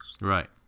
Right